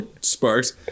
sparks